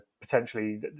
potentially